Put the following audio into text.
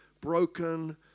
broken